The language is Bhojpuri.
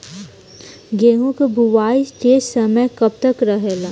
गेहूँ के बुवाई के समय कब तक रहेला?